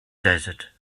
desert